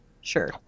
Sure